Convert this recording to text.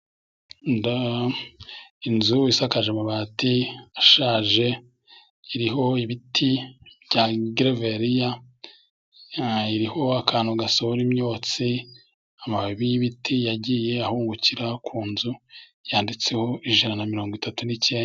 Indaha, inzu isakaje amabati ashaje, iriho ibiti bya geververiya, iriho akantu gasohora imyotsi, amababi y'ibiti yagiye ahubukira ku nzu, yanditseho ijana na mirongo itatu n'cyenda.